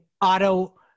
auto